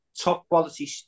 top-quality